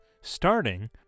starting